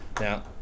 Now